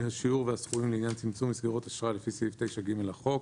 השיעור והסכומים לעניין צמצום מסגרות אשראי לפי סעיף 9(ג) לחוק),